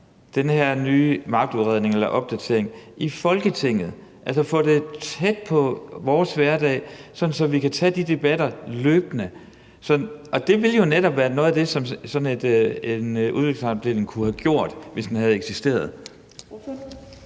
den her opdatering af magtudredningen i Folketinget, altså få det tæt på vores hverdag, sådan at vi kan tage de debatter løbende. Det ville jo netop være noget af det, som sådan en udviklingsafdeling kunne have gjort, hvis den havde eksisteret.